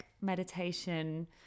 meditation